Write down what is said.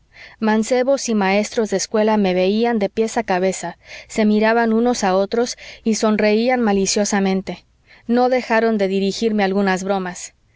mancebos y maestros de escuela me veían de pies a cabeza se miraban unos a otros y sonrían maliciosamente no dejaron de dirigirme algunas bromas